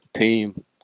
team